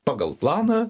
pagal planą